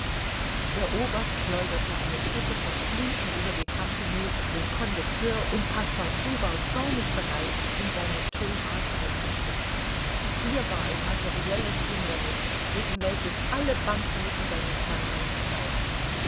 der oberst schleuderte eine kette von flüchen über die compagnie den conducteur und passepartout war zornig bereit in seine tonart einzustimmen hier war ein materielles hinderniß gegen welches alle banknoten seines herrn nichts halfen